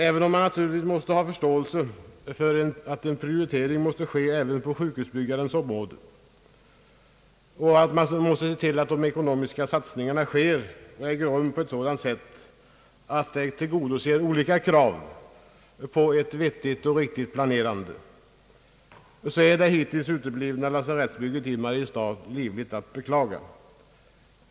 även om man har förståelse för att en prioritering måste ske också på sjukhusbyggandets område och att den ckonomiska satsningen måste äga rum på ett sådant sätt att man tillgodoser olika krav på ett vettigt och riktigt planerande, är det hittills uteblivna lasarettsbygget i Mariestad livligt att beklaga.